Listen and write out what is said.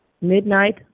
midnight